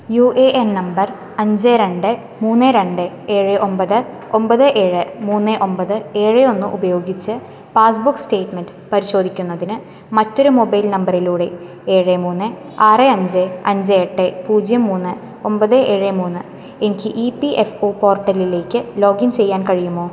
U A N നമ്പർ അഞ്ച് രണ്ട് മൂന്ന് രണ്ട് ഏഴ് ഒമ്പത് ഒമ്പത് ഏഴ് മൂന്ന് ഒമ്പത് ഏഴ് ഒന്ന് ഉപയോഗിച്ച് പാസ്സ്ബുക്ക് സ്റ്റെറ്റ്മെൻറ് പരിശോധിക്കുന്നതിന് മറ്റൊരു മൊബൈൽ നമ്പറിലൂടെ ഏഴ് മൂന്ന് ആറ് അഞ്ച് അഞ്ച് എട്ട് പൂജ്യം മൂന്ന് ഒമ്പത് ഏഴ് മൂന്ന് എനിക്ക് ഇ പി എഫ് ഒ പോർട്ടലിലേക്ക് ലോഗിൻ ചെയ്യാൻ കഴിയുമോ